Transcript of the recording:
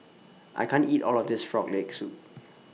I can't eat All of This Frog Leg Soup